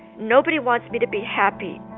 nobody wants me to be happy.